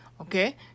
Okay